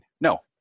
No